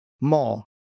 more